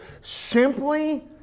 simply